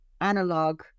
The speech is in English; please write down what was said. analog